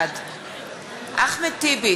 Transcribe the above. בעד אחמד טיבי,